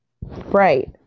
right